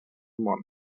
món